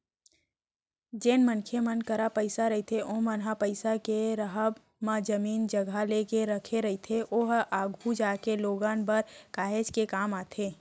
जेन मनखे मन करा पइसा रहिथे ओमन ह पइसा के राहब म जमीन जघा लेके रखे रहिथे ओहा आघु जागे लोगन बर काहेच के काम आथे